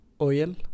Oil